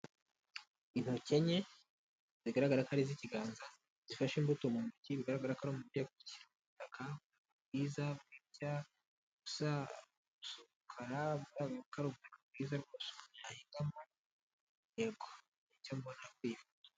Intoke enke zigaragara ko ari z'ikiganza zifashe imbuto mu ntoki bigaragara ko ari mu byo ubutaka bwiza bw'umukara.